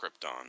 Krypton